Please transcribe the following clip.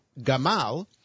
Gamal